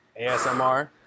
ASMR